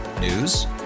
News